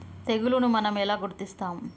తెగులుని మనం ఎలా గుర్తిస్తాము?